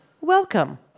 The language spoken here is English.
Welcome